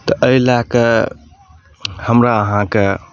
तऽ एहिलए कऽ हमरा अहाँके